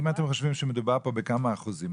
אם אתם חושבים שמדובר פה בכמה אחוזים,